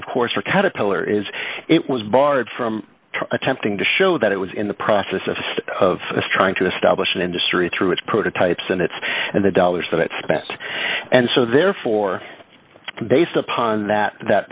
of course for caterpillar is it was barred from attempting to show that it was in the process of of us trying to establish an industry through its prototypes and it's and the dollars that it spent and so therefore based upon that that